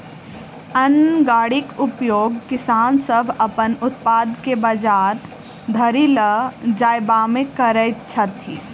अन्न गाड़ीक उपयोग किसान सभ अपन उत्पाद के बजार धरि ल जायबामे करैत छथि